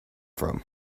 from